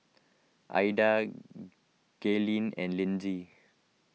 Ilda Gaylene and Lindsey